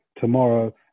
tomorrow